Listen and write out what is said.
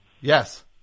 Yes